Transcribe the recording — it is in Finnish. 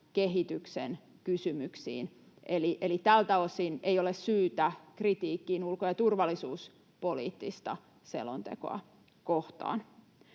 kehityksen kysymyksiin. Eli tältä osin ei ole syytä kritiikkiin ulko- ja turvallisuuspoliittista selontekoa kohtaan.